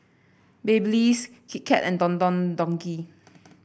Babyliss Kit Kat and Don Don Donki